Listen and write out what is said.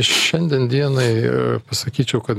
šiandien dienai pasakyčiau kad